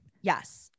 Yes